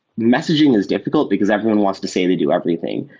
messaging is difficult because everyone wants to say they do everything,